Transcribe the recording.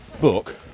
book